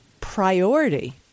priority